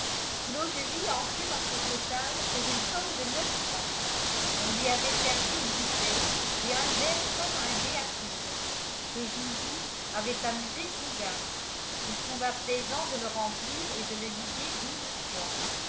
l'eau-de-vie entrait dans ce total pour une somme de neuf francs on lui avait servi une bouteille et un verre comme un dé à coudre ce joujou avait amusé fougas il trouva plaisant de le remplir et de le vider douze fois